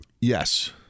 yes